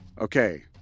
Okay